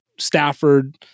Stafford